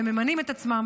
והם ממנים את עצמם.